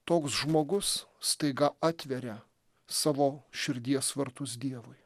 toks žmogus staiga atveria savo širdies vartus dievui